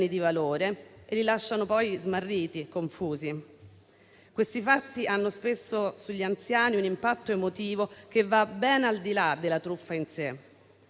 di valore e le lasciano poi smarrite e confuse. Questi fatti hanno spesso sugli anziani un impatto emotivo che va ben al di là della truffa in sé.